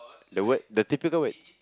the word the typical word